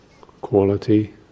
quality